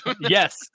yes